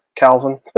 Calvin